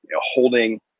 holding